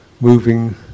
moving